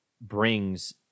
brings